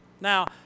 Now